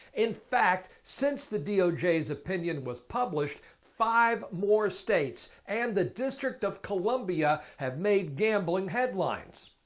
in fact, since the doj's opinion was published, five more states and the district of columbia have made gambling headlines.